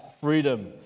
freedom